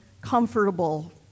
comfortable